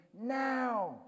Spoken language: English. now